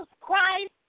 Christ